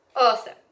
Awesome